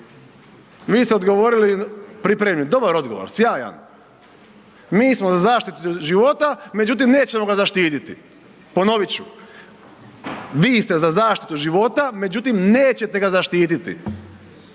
Vi ste odgovorili, pripremili dobar odgovor, sjajan. Mi smo za zaštitu života međutim nećemo ga zaštititi. Ponovit ću, vi ste za zaštitu života međutim nećete ga zaštititi.